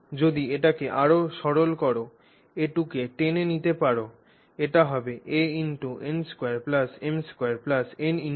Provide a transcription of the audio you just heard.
যদি এটিকে আরও সরল কর a2 কে টেনে নিতে পার এটি হবে a× n2m2nm